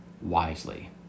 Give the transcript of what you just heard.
wisely